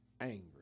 angry